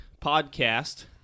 podcast